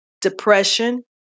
depression